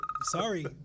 sorry